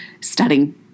studying